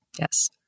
Yes